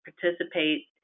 participate